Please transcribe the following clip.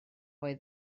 oedd